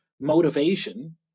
motivation